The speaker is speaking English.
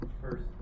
first